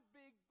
big